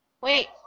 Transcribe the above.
Wait